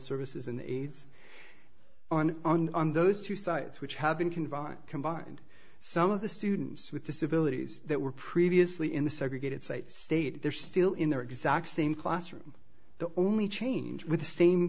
services and aids on those two sites which have been conveyed combined some of the students with disabilities that were previously in the segregated state state they're still in their exact same classroom the only change with the same